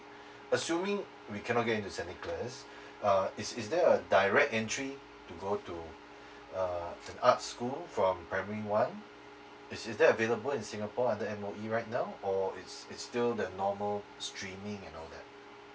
assuming we cannot get into saint nicholas uh is is there a direct entry to go to uh the art school from primary one is is that available in singapore under M_O_E right now or it's it's still the normal streaming and all that